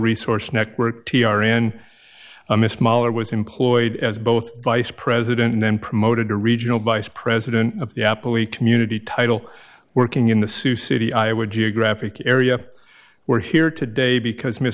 resource network t r in a mist mahler was employed as both vice president and then promoted to regional vice president of the apple e community title working in the sioux city iowa geographic area we're here today because miss